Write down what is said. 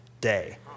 day